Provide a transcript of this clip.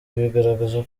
bigaragaza